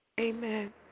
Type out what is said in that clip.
Amen